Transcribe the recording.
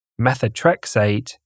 methotrexate